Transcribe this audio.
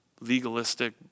legalistic